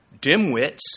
dimwits